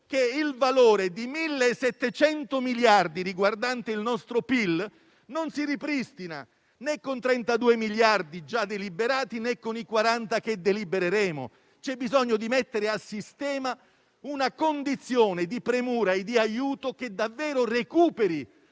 che il valore di 1.700 miliardi riguardanti il nostro PIL non si ripristina né con i 32 miliardi già deliberati né con i 40 che delibereremo. C'è bisogno di mettere a sistema una condizione di premura e di aiuto che davvero recuperi